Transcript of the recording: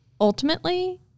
ultimately